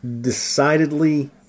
decidedly